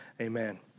Amen